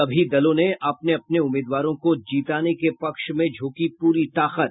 सभी दलों ने अपने अपने उम्मीदवारों को जीताने के पक्ष में झोंकी पूरी ताकत